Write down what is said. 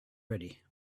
ready